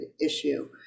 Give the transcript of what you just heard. issue